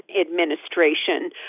administration